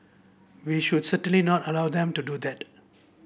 we should certainly not allow them to do that